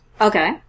Okay